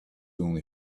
only